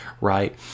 right